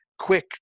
quick